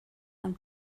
and